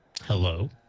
Hello